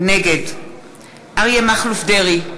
נגד אריה מכלוף דרעי,